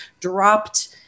dropped